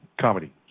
comedy